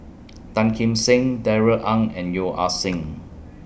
Tan Kim Seng Darrell Ang and Yeo Ah Seng